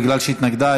בגלל שהיא התנגדה,